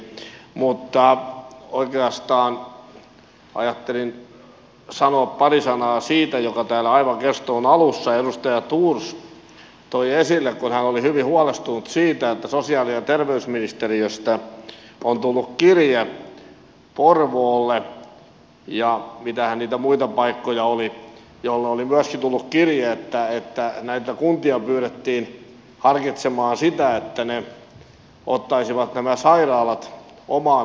oikeastaan ajattelin sanoa pari sanaa siitä jonka täällä aivan keskustelun alussa edustaja thors toi esille kun hän oli hyvin huolestunut siitä että sosiaali ja terveysministeriöstä on tullut kirje porvoolle ja mitähän niitä muita pakkoja oli joihin oli myöskin tullut kirje että näitä kuntia pyydettiin harkitsemaan sitä että ne ottaisivat nämä sairaalat omaan hallintaansa